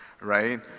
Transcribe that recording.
right